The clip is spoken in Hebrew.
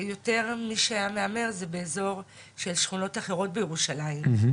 יותר מי שהיה מהמר זה באזור של שכונות אחרות בירושלים.